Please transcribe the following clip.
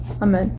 Amen